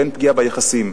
ואין פגיעה ביחסים.